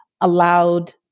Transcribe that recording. allowed